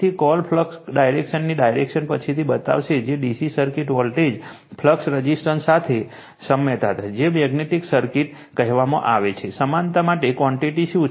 તેથી coil flux લાઇનની direction પછીથી બતાવશે કે તે DC circuit voltage flux resistance સાથે સામ્યતા છે જેને મેગ્નેટિક સર્કિટ કહેવામાં આવે છે તેના સમાનતા માટે તે ક્વૉન્ટિટી શું છે